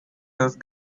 those